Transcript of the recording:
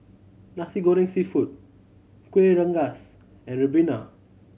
Nasi Goreng Seafood Kueh Rengas and ribena